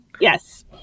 Yes